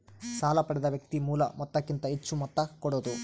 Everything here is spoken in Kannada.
ಸಾಲ ಪಡೆದ ವ್ಯಕ್ತಿ ಮೂಲ ಮೊತ್ತಕ್ಕಿಂತ ಹೆಚ್ಹು ಮೊತ್ತ ಕೊಡೋದು